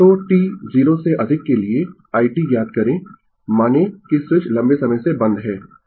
Refer Slide Time 0045 तो t 0 से अधिक के लिए i t ज्ञात करें माने कि स्विच लंबे समय से बंद है